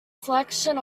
selection